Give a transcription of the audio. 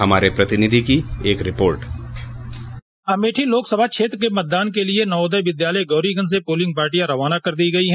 हमारे प्रतिनिधि की एक रिपोर्ट डिस्पैच अमेठी लोकसभा क्षेत्र के मतदान के लिए नवोदय विद्यालय गौरीगंज से पोलिंग पार्टियां रवाना कर दी गई हैं